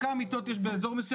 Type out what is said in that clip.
כל היתר, זה כן בתוך הבסיס.